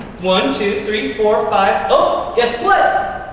one, two, three, four, five oh, guess what?